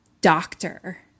doctor